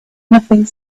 nothing